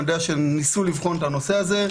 אני יודע שניסו לבחון את הנושא הזה,